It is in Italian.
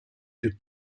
più